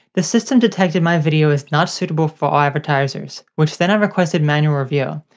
the system detected my video as not suitable for all advertisers, which then i requested manual review.